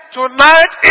tonight